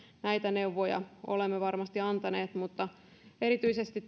näitä neuvoja olemme varmasti antaneet erityisesti